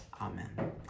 amen